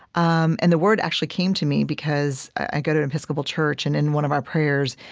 um and the word actually came to me because i go to an episcopal church and, in one of our prayers,